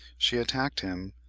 she attacked him,